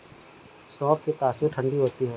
सौंफ की तासीर ठंडी होती है